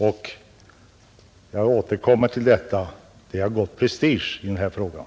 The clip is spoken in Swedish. Jag vidhåller vad som sagts förut, att det har gått prestige i den här frågan!